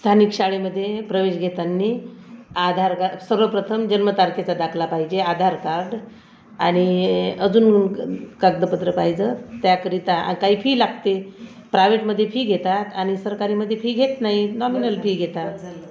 स्थानिक शाळेमध्ये प्रवेश घेतानी आधारका सर्वप्रथम जन्मतारखेचा दाखला पाहिजे आधार कार्ड आणि अजून कागदपत्रं पाहिजं त्याकरिता काही फी लागते प्राइवेटमध्ये फी घेतात आणि सरकारीमध्ये फी घेत नाही नॉमिनल फी घेतात